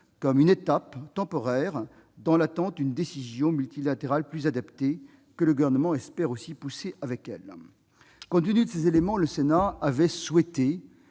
comme une étape temporaire, dans l'attente d'une décision multilatérale plus adaptée, que le Gouvernement espère aussi pousser au travers d'elle. Compte tenu de ces éléments, le Sénat avait souhaité